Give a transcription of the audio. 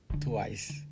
twice